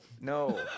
no